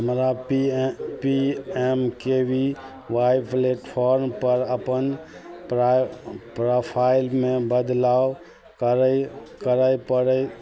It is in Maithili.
हमरा P M P M K V Y प्लेटफॉर्मपर अपन प्रा प्रोफाइलमे बदलाव करै करै पड़ै